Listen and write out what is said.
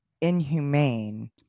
inhumane